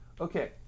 Okay